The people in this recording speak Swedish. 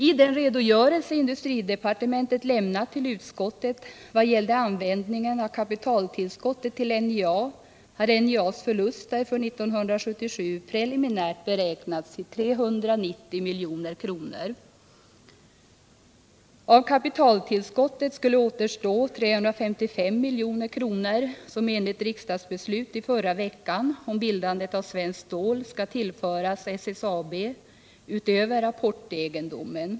I den redogörelse industridepartementet lämnat till utskottet vad gäller användningen av kapitaltillskottet till NJA har NJA:s förlust för 1977 preliminärt beräknats till 390 milj.kr. Av kapitaltillskottet skulle återstå 355 milj.kr., som enligt riksdagsbeslutet förra veckan om bildandet av Svenskt Stål AB skall tillföras SSAB utöver apportegendomen.